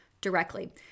directly